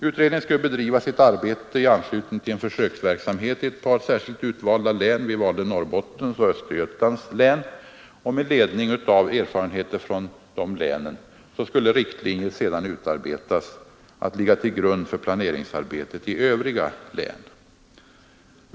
Utredningen skulle bedriva sitt arbete i anslutning till en försöksverksamhet i ett par särskilt utvalda län — vi valde Norrbottens och Östergötlands län — och med ledning av erfarenheter från de länen skulle riktlinjer sedan utarbetas, att ligga till grund för planeringsarbetet i övriga län.